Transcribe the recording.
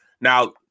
Now